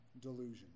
delusion